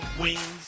wings